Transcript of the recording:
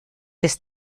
des